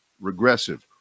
regressive